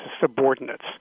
subordinates